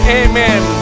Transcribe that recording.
amen